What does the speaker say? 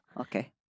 Okay